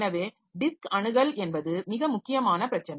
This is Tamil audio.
எனவே டிஸ்க் அணுகல் என்பது மிக முக்கியான பிரச்சனை